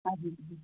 हजुर